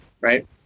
right